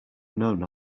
known